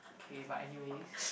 okay but anyways